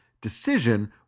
decision